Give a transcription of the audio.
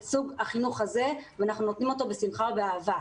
סוג החינוך הזה ואנחנו נותנים אותו בשמחה ובאהבה.